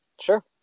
Sure